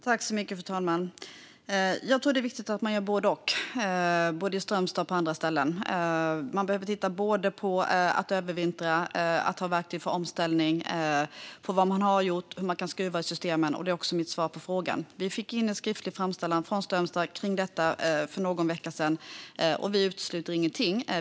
Fru talman! Jag tror att det är viktigt att man gör både och såväl i Strömstad som på andra ställen. Man behöver titta både på att övervintra och på att ha verktyg för omställning. Man måste se till vad man har gjort och hur man kan skruva i systemen. Det är också mitt svar på frågan. Vi fick in en skriftlig framställan från Strömstad kring detta för någon vecka sedan, och vi utesluter ingenting.